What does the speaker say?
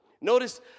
Notice